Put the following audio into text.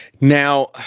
Now